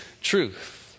truth